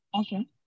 okay